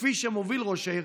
כפי שמוביל ראש העיר,